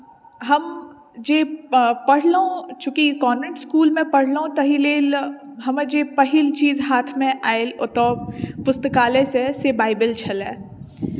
हम जे पढ़लहुँ चूँकि कॉन्वेन्ट इसकुलमे पढ़लहुँ ताहि लेल हमर जे पहिल चीज हाथमे आयल ओतौ पुस्तकालय से से बाइबल छलए